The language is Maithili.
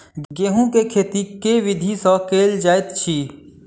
गेंहूँ केँ खेती केँ विधि सँ केल जाइत अछि?